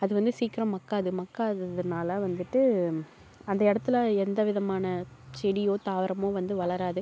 அது வந்து சீக்கிரம் மக்காது மக்காததனால வந்துட்டு அந்த இடத்துல எந்த விதமான செடியோ தாவரமோ வந்து வளராது